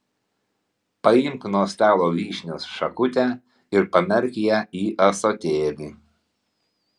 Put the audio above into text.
paimk nuo stalo vyšnios šakutę ir pamerk ją į ąsotėlį